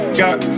got